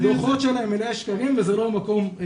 הדוחות שלהם מלאי שקרים וזה לא המקום כרגע